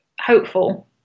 hopeful